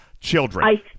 Children